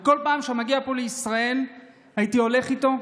שכל פעם שהוא היה מגיע פה לישראל הייתי הולך איתו,